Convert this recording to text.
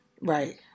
right